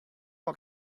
not